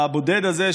הבודד הזה,